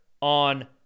on